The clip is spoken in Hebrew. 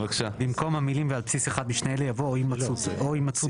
במקום המילים 'ועל בסיס אחד משני אלה' יבוא 'או הימצאות